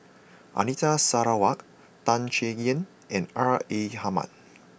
Anita Sarawak Tan Chay Yan and R A Hamid